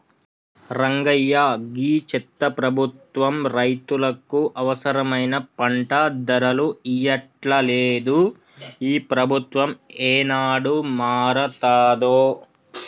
రంగయ్య గీ చెత్త ప్రభుత్వం రైతులకు అవసరమైన పంట ధరలు ఇయ్యట్లలేదు, ఈ ప్రభుత్వం ఏనాడు మారతాదో